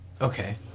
okay